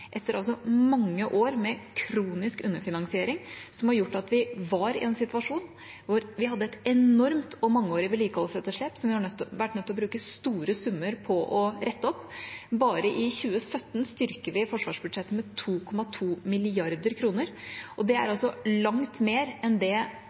etter mange år med kronisk underfinansiering som har gjort at vi var i en situasjon hvor vi hadde et enormt og mangeårig vedlikeholdsetterslep, som vi har vært nødt til å bruke store summer på å rette opp. Bare i 2017 styrker vi forsvarsbudsjettet med 2,2 mrd. kr, og det er